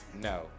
no